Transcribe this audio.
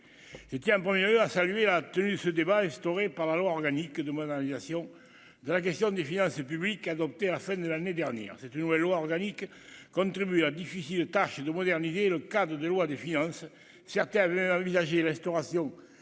c'était un peu mieux, a salué la tenue ce débat instauré par la loi organique de modernisation de la question vient c'est public adoptée à la fin de l'année dernière, c'est une nouvelle loi organique contribuer la difficile tâche de moderniser le cadre des lois défiance certains avaient envisagé l'instauration